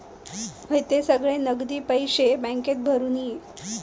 हयते सगळे नगदी पैशे बॅन्केत भरून ये